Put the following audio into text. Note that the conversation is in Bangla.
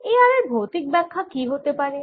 A r এর ভৌতিক ব্যাখ্যা কি হতে পারে